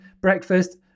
breakfast